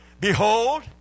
Behold